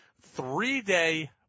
three-day